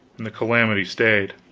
and the calamity stayed.